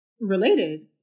related